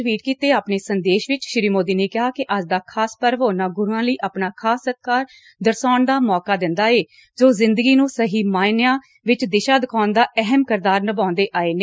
tweet ਕੀਤੇ ਅਪਾਣੇ ਸੰਦੇਸ਼ ਵਿਚ ਸ਼ੀ ਮੋਦੀ ਨੇ ਕਿਹੈ ਕਿ ਅੱਜ ਦਾ ਖਾਸ ਪਰਬ ਉਨੂਂ ਗੁਰੂਆਂ ਲਈ ਆਪਣਾ ਖਾਸ ਸਤਕਾਰ ਦਰਸ਼ਾਉਣ ਦਾ ਮੌਕਾ ਦਿੰਦਾ ਏ ਜੋ ਜਿੰਦਗੀ ਨੂੰ ਸਹੀ ਮਾਇਨਿਆਂ ਵਿਚ ਦਿਸ਼ਾ ਦਿਖਾਉਣ ਦਾ ਅਹਿਮ ਕਿਰਦਾਰ ਨਿਭਾਉਦੇ ਆਏ ਨੇ